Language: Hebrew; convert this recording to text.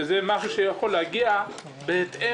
שזה משהו שיכול להגיע בהתאם,